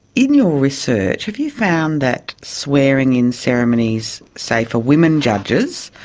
in your research have you found that swearing in ceremonies, say for women judges,